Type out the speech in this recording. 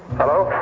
hello?